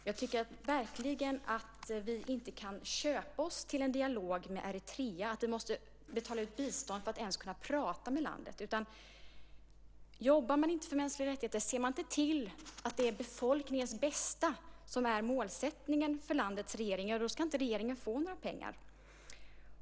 Jag tycker verkligen att vi inte kan köpa oss till en dialog med Eritrea, det vill säga att vi måste betala ut bistånd för att ens kunna prata med landet. Jobbar man inte för mänskliga rättigheter, och ser man inte till att det är befolkningens bästa som är målsättningen för landets regering, ja, då ska inte regeringen få några pengar.